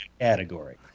category